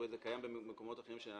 וזה קיים במקומות אחרים,